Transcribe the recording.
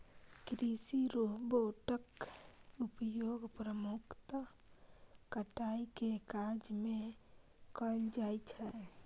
कृषि रोबोटक उपयोग मुख्यतः कटाइ के काज मे कैल जाइ छै